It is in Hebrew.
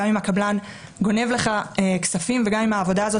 גם אם הקבלן גונב לך כספים וגם אם העבודה הזאת